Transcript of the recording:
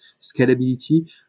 scalability